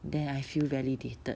then I feel validated